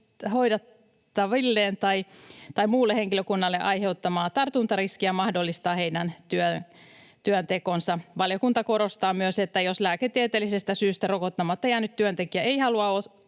tai muulle henkilökunnalle aiheuttamaa tartuntariskiä ja mahdollistaa heidän työntekonsa. Valiokunta korostaa myös, että jos lääketieteellisestä syystä rokottamatta jäänyt työntekijä ei halua